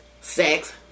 sex